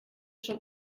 schon